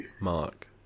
Mark